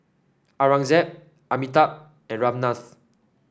Aurangzeb Amitabh and Ramnath